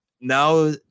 now